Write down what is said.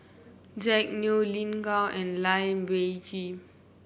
Jack Neo Lin Gao and Lai Weijie